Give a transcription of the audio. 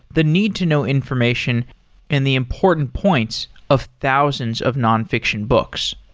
the need-to-now information and the important points of thousands of non-fiction books,